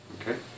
Okay